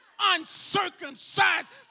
uncircumcised